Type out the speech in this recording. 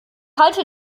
halte